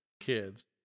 kids